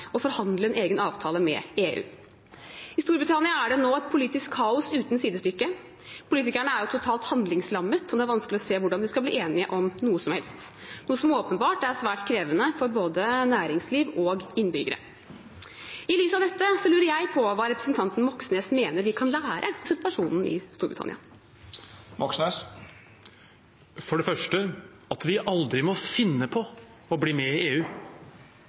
og forhandle en egen avtale med EU. I Storbritannia er det nå et politisk kaos uten sidestykke. Politikerne er totalt handlingslammet, og det er vanskelig å se hvordan de skal bli enige om noe som helst, noe som åpenbart er svært krevende for både næringsliv og innbyggere. I lys av dette lurer jeg på hva representanten Moxnes mener vi kan lære av situasjonen i Storbritannia. Det er for det første at vi aldri må finne på å bli med i EU.